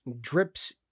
drips